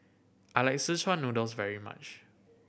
I like szechuan noodles very much